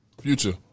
Future